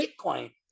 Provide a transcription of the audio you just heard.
Bitcoin